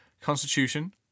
constitution